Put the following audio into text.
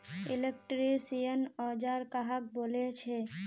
Electrician औजार कहाक बोले छे?